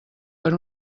per